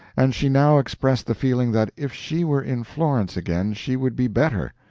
and she now expressed the feeling that if she were in florence again she would be better.